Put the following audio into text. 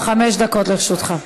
חמש דקות לרשותך.